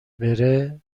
بره